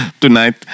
tonight